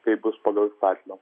kaip bus pagal įstatymą